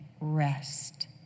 rest